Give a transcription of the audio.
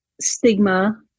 stigma